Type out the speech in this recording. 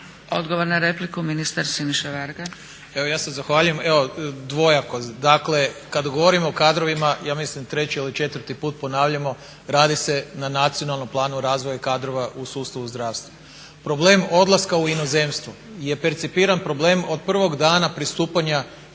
Odgovor na repliku ministar Siniša Varga. **Varga, Siniša (SDP)** Evo ja se zahvaljujem, dvojako. Dakle kada govorimo o kadrovima ja mislim treći ili četvrti put ponavljamo radi se na nacionalnom planu razvoja i kadrova u sustavu zdravstva. Problem odlaska u inozemstvo je percipiran problem od prvog dana pristupanja,